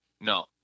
No